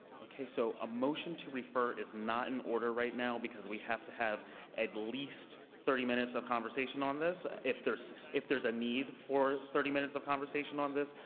okay. so a motion to refer is not in order right now, because we have to have at least thirty minutes of conversation on this. if there's if there's a need for thirty minutes of conversation on this,